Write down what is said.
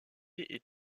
est